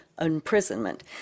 imprisonment